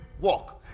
walk